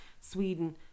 Sweden